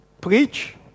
preach